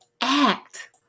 act